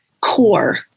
core